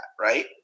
right